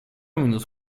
minut